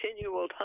continual